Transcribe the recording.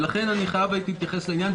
לכן הייתי חייב להתייחס לעניין.